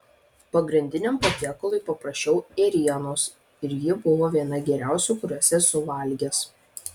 pagrindiniam patiekalui paprašiau ėrienos ir ji buvo viena geriausių kurias esu valgęs